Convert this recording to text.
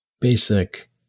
basic